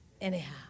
anyhow